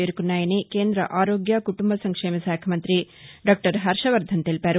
చేరుకున్నాయని కేంద్ర ఆరోగ్య కుటుంబ సంక్షేమ శాఖ మంతి డాక్టర్ హర్షవర్దన్ తెలిపారు